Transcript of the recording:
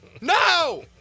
No